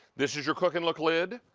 this is your cook and look lid.